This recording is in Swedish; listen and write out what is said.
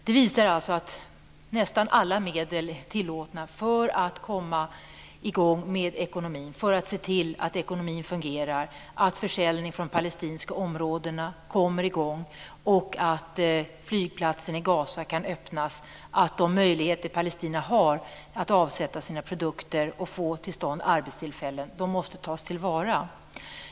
Det visar att nästan alla medel är tillåtna för att komma i gång med ekonomin, för att se till att ekonomin fungerar, för att försäljning från de palestinska områdena kommer i gång och för att flygplatsen i Gaza kan öppnas. De möjligheter som Palestina har att avsätta sina produkter och få till stånd arbetstillfällen måste tas till vara.